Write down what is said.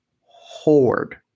Horde